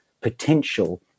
potential